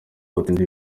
watsinze